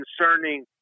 concerning